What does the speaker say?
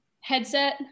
headset